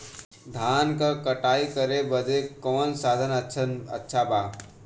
धान क कटाई करे बदे कवन साधन अच्छा बा?